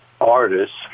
artists